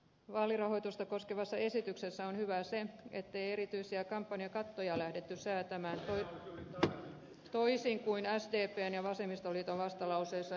vaalirahoitusta koskevassa esityksessä on hyvää se ettei erityisiä kampanjakattoja lähdetty säätämään toisin kuin sdpn ja vasemmistoliiton vastalauseissa esitetään